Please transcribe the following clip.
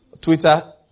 Twitter